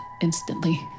instantly